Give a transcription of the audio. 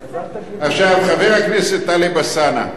עכשיו, חבר הכנסת טלב אלסאנע,